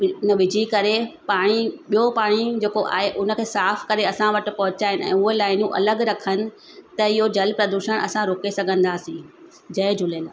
विझी करे पाणी ॿियों पाणी जेको आहे उन खे साफ़ करे असां वटि पहुचाइनि ऐं उहे लाइनियूं अलॻि रखनि त इहो जल प्रदुषण असां रोके सघंदासीं जय झूलेलाल